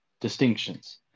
distinctions